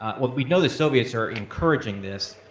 well we know the soviets are encouraging this